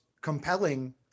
compelling